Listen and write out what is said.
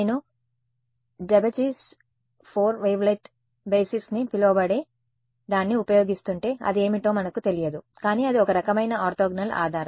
నేను Daubechies 4 wavelet basis అని పిలవబడే దాన్ని ఉపయోగిస్తుంటే అది ఏమిటో మనకు తెలియదు కానీ అది ఒక రకమైన ఆర్తోగోనల్ ఆధారం